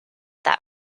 that